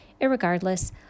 irregardless